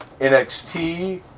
NXT